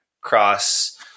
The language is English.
cross